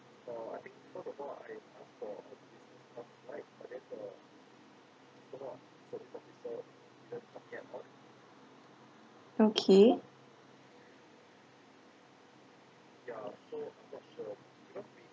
okay